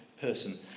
person